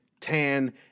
tan